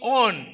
on